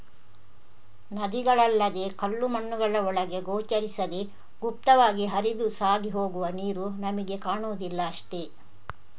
ನದಿಗಳಲ್ಲದೇ ಕಲ್ಲು ಮಣ್ಣುಗಳ ಒಳಗೆ ಗೋಚರಿಸದೇ ಗುಪ್ತವಾಗಿ ಹರಿದು ಸಾಗಿ ಹೋಗುವ ನೀರು ನಮಿಗೆ ಕಾಣುದಿಲ್ಲ ಅಷ್ಟೇ